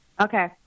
Okay